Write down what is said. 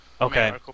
Okay